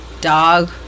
Dog